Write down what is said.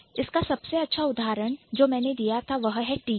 इसका सबसे अच्छा उदाहरण जो मैंने दिया था वह है Teacher टीचर